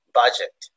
budget